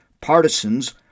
Partisans